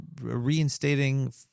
reinstating